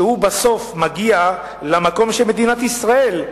כשבסוף הוא מגיע למקום שמדינת ישראל,